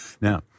Now